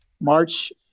March –